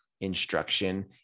instruction